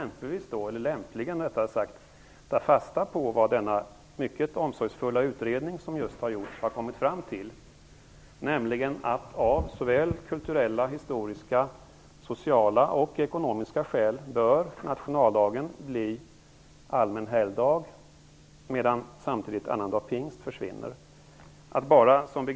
Man skulle lämpligen kunna ta fasta på vad denna mycket omsorgsfulla utredning som just har genomförts har kommit fram till. Enligt denna bör nationaldagen av kulturella, historiska, sociala och ekonomiska skäl bli allmän helgdag. Samtidigt bör annandag pingst försvinna som allmän helgdag.